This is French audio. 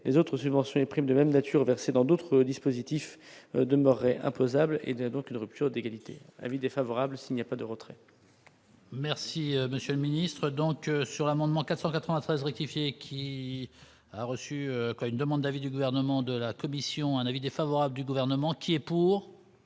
les autres subventions les primes de même nature versés dans d'autres dispositifs demeurerait imposables, et donc une rupture d'égalité : avis défavorable s'il n'y a pas de retrait. Merci monsieur le ministre, donc sur l'amendement 493 rectifier, qui a reçu une demande l'avis du gouvernement de la Commission, un avis défavorable du gouvernement qui est pour.